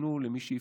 יפנו למי שיפנו,